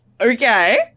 Okay